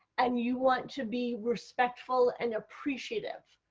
and you want to be respectful and appreciative.